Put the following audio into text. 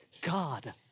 God